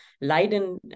Leiden